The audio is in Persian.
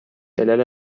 علل